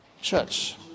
church